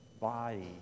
body